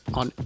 on